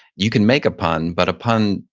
you can make a pun, but a pun,